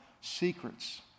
secrets